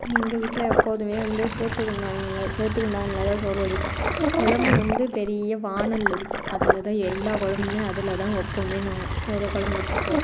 எங்கள் வீட்டில எப்போதுமே சோற்று குண்டான்ல சோற்று குண்டான்ல தான் சோறு வடிப்போம் கொழம்பு வந்து பெரிய வானல் இருக்கும் அதில் தான் எல்லாம் கொழம்புமே அதில் தான் வைப்போமே நாங்கள் அதில் கொழம்பு வச்சிப்போம்